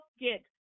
get